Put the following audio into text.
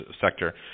sector